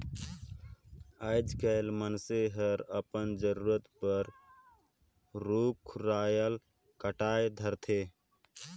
आयज कायल मइनसे मन हर अपन जरूरत बर रुख राल कायट धारथे